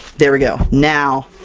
there we go! now!